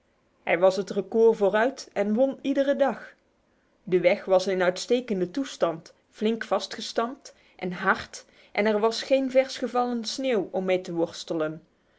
hij was het record vooruit en won iedere dag de weg was in uitstekende toestand flink vastgestampt en hard en er was geen vers gevallen sneeuw om mee te worstelen